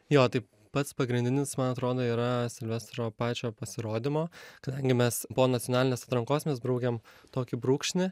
jo tai pats pagrindinis man atrodo yra silvestro pačio pasirodymo kadangi mes po nacionalinės atrankos mes braukėm tokį brūkšnį